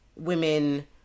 women